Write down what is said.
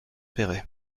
péray